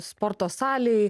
sporto salėj